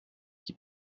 qui